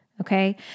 Okay